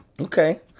Okay